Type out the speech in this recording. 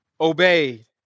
obeyed